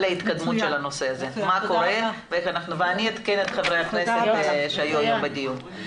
ההתקדמות בנושא ואעדכן את חברי הכנסת שנכחו בדיון.